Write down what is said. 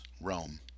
Rome